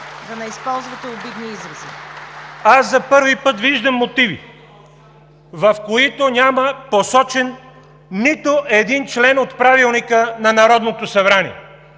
да не използвате обидни изрази. ВАЛЕРИ ЖАБЛЯНОВ: За първи път виждам мотиви, в които няма посочен нито един член от Правилника на Народното събрание,